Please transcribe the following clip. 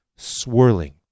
swirling